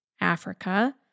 Africa